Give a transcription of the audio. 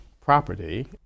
property